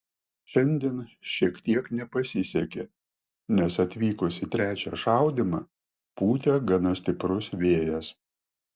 šiandien šiek tiek nepasisekė nes atvykus į trečią šaudymą pūtė gana stiprus vėjas